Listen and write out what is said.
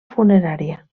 funerària